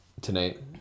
tonight